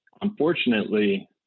unfortunately